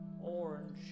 Orange